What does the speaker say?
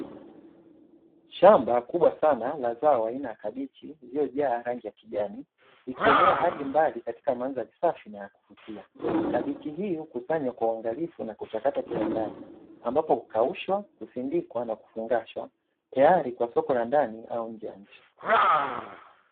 Shamba kubwa sana la zao aina ya kabichi iliyojaa rangi ya kijani, ikienea hadi mbali katika mandhari safi na ya kuvutia. Kabichi hii hukusanywa kwa uangalifu na kuchakatwa kiwandani ambapo hukaushwa, husindikwa na kufungashwa tayari kwa soko la ndani au nje ya nchi.